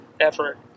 effort